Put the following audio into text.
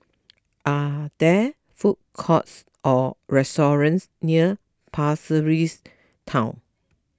are there food courts or restaurants near Pasir Ris Town